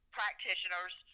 practitioners